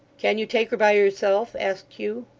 can you take her by yourself asked hugh.